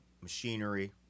machinery